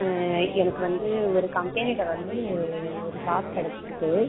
எனக்கு வந்து ஒரு கம்ப்பெனியில வந்து ஒரு ஜாப் கிடச்சிருக்கு